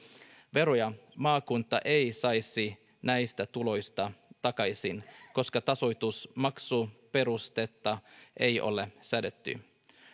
veroja maakunta ei saisi näistä tuloista takaisin koska tasoitusmaksuperustetta ei ole säädetty